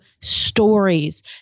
stories